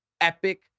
epic